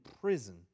prison